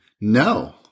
No